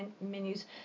menus